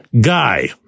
guy